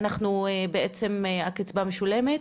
בעצם הקיצבה משולמת?